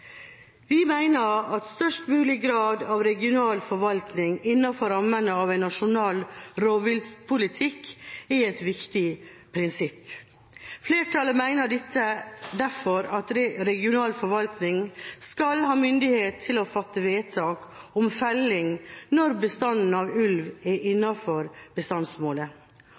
Vi mener at størst mulig grad av regional forvaltning innenfor rammen av en nasjonal rovviltpolitikk er et viktig prinsipp. Flertallet mener derfor at regional forvaltning skal ha myndighet til å fatte vedtak om felling når bestanden av ulv er innenfor bestandsmålet,